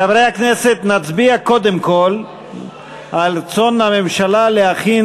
חברי הכנסת, נצביע קודם כול על רצון הממשלה להחיל